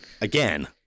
again